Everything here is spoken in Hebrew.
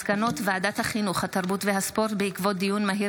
על מסקנות ועדת החינוך התרבות והספורט בעקבות דיון מהיר